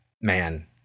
Man